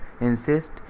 insist